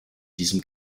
diesem